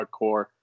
hardcore –